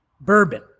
bourbon